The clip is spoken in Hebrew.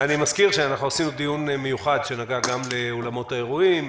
אני מזכיר שעשינו דיון מיוחד שנגע גם לאולמות האירועים.